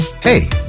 hey